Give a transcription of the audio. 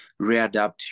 readapt